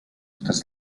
rutes